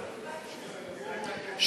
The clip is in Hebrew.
תקציבי 34,